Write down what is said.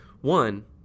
one